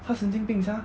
他神经病 sia